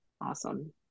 Awesome